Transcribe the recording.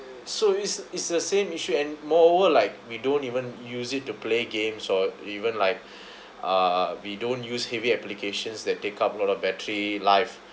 so it's it's the same issue and moreover like we don't even use it to play games or even like uh we don't use heavy applications that take up a lot of battery life